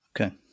okay